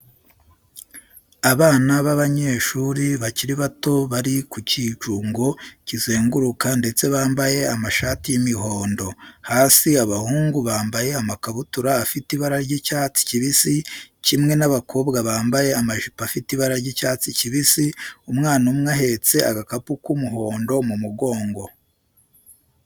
Abana b'abanyeshuri bakiri bato bari ku cyicungo kizenguruka ndetse bambaye amashati y'imihondo, hasi abahungu bambaye amakabutura afite ibara ry'icyatsi kibisi kimwe n'abakobwa bambaye amajipo afite ibara ry'icyatsi kibisi. Umwana umwe ahetse agakapu k'umuondo mu mugongo.